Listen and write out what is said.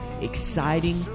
exciting